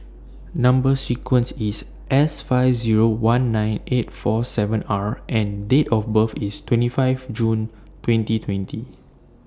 Number sequence IS S five Zero one nine eight four seven R and Date of birth IS twenty five June twenty twenty